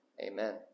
Amen